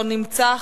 לא נמצא,